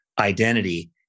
identity